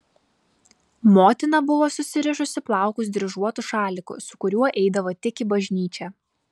motina buvo susirišusi plaukus dryžuotu šaliku su kuriuo eidavo tik į bažnyčią